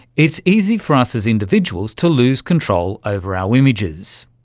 it's easy for us as individuals to lose control over our images.